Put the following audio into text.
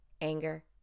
anger